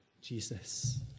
Jesus